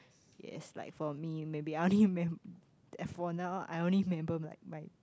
yes like for me maybe I only remem~ for now I only remember like my